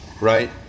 Right